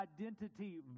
identity